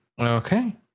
Okay